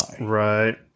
right